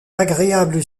agréable